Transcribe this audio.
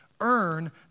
earn